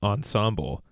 Ensemble